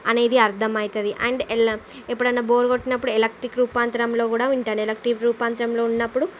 అనేది అర్థం అవుతుంది అండ్ ఎప్పుడన్నా బోర్ కొట్టినప్పుడు ఎలక్ట్రిక్ రూపాంతరంలో కూడా వింటాను ఎలక్ట్రిక్ రూపాంతరంలో ఉన్నప్పుడు